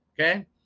Okay